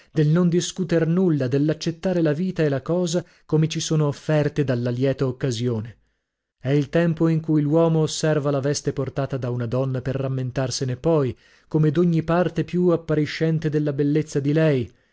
del non discuter nulla dell'accettare la vita e la cosa come ci sono offerte dalla lieta occasione è il tempo in cui l'uomo osserva la veste portata da una donna per rammentarsene poi come d'ogni parte più appariscente della bellezza di lei